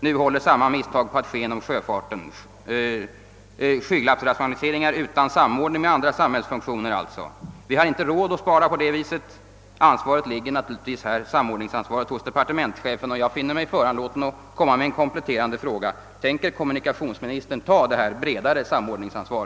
Nu håller samma misstag på att ske inom sjöfarten — skygglappsrationalisering utan samord ning med andra samhällsfunktioner alltså. Vi har inte råd att spara på det viset. Ansvaret för samordning ligger hos departementschefen, och jag finner mig föranlåten att ställa en kompletterande fråga: Tänker kommunikationsministern ta detta bredare samordningsansvar?